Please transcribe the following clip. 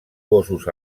gossos